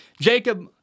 Jacob